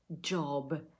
job